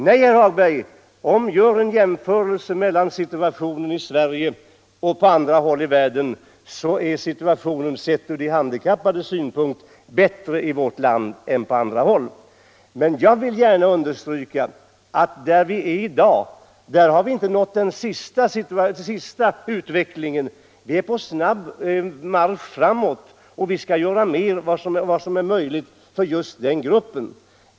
Nej, herr Hagberg, en jämförelse mellan förhållandena i vårt land och på andra håll i världen visar att situationen ur de handikappades synpunkt är bättre i vårt land än i andra länder. Men jag vill gärna säga att utvecklingen ännu inte har nått slutet i och med den situation vi har i dag. Vi är på snabb marsch framåt, och vi skall göra allt vad möjligt är för de handikappade.